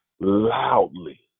loudly